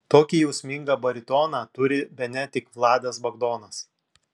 tokį jausmingą baritoną turi bene tik vladas bagdonas